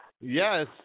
Yes